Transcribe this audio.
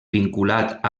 vinculat